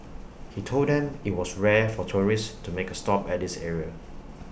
he told them IT was rare for tourists to make A stop at this area